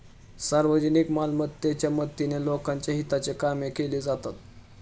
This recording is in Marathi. सार्वजनिक मालमत्तेच्या मदतीने लोकांच्या हिताचे काम केले जाते